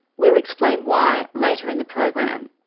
we'll explain why later in the program.